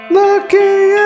looking